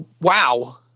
Wow